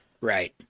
right